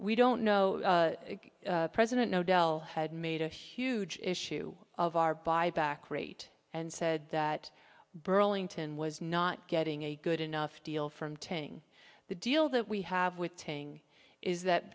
we don't know president know dell had made a huge issue of our buyback rate and said that burlington was not getting a good enough deal from taking the deal that we have with thing is that